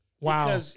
Wow